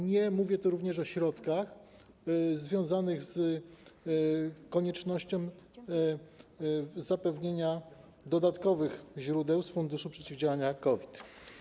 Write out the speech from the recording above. Nie mówię tu również o środkach związanych z koniecznością zapewnienia dodatkowych źródeł z Funduszu Przeciwdziałania COVID-19.